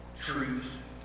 truth